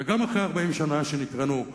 וגם אחרי 40 שנה שנקראנו "בוגדים",